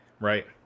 Right